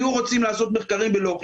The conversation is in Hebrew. למסות נוזל לסיגריה אלקטרונית ללא ניקוטין